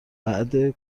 بعده